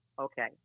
Okay